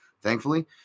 thankfully